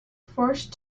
forced